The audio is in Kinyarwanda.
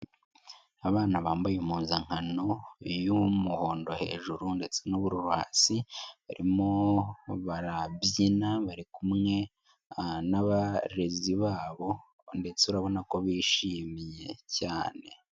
Abana bambaye impuzankano y'umuhondo hejuru ndetse n'uburu hasi. Barimo barabyina bari kumwe n'abarezi babo ndetse urabona ko bishimye cyane.